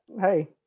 hey